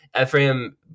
Ephraim